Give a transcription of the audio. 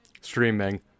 streaming